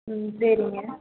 ம் சரிங்க